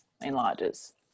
enlarges